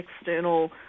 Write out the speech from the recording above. external